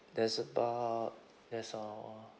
there's about there's uh